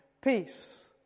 peace